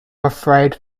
afraid